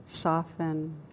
soften